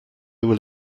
will